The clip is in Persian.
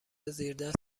زیردست